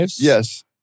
yes